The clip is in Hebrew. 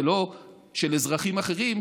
ולא שאזרחים אחרים,